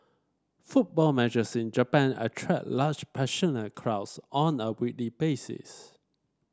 football matches in Japan attract large passionate crowds on a weekly basis